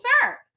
sir